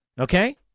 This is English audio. Okay